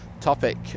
topic